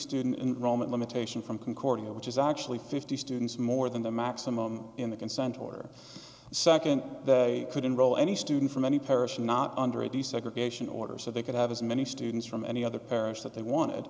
student enrollment limitation from concordia which is actually fifty students more than the maximum in the consent order second they could enroll any student from any parish not under a desegregation order so they could have as many students from any other parish that they wanted